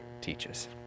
teaches